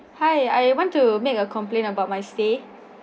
hi I want to make a complaint about my stay